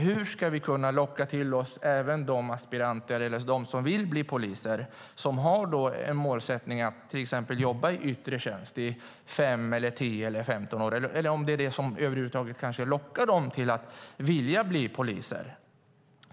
Hur ska vi kunna locka till oss de aspiranter som vill bli poliser som har målsättningen att till exempel jobba i yttre tjänst i fem, tio eller femton år? Det kanske över huvud taget är vad som lockar dem till att vilja bli poliser.